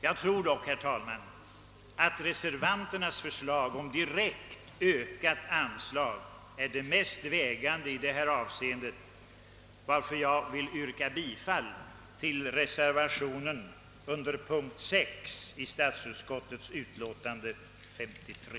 Jag tror dock, herr talman, att reservanternas förslag om direkt ökat anslag är det mest vägande i detta avseende, varför jag vill yrka bifall till reservation nr 6 i statsutskottets utlåtande nr 53.